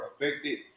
affected